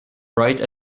write